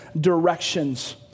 directions